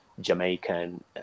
jamaican